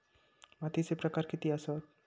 मातीचे प्रकार किती आसत?